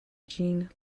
gene